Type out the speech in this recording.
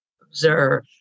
observe